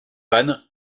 panne